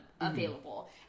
available